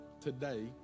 Today